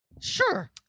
Sure